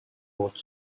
port